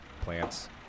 plants